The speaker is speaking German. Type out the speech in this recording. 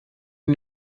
den